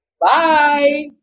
bye